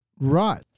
Right